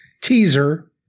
teaser